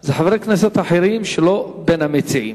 אלה חברי כנסת אחרים שלא בין המציעים.